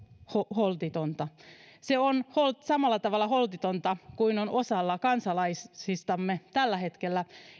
holtitonta se on samalla tavalla holtitonta kuin on osalla kansalaisistamme tällä hetkellä